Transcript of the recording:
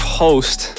host